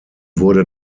wurde